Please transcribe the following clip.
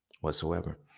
whatsoever